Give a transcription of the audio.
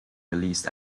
released